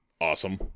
awesome